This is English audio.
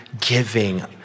giving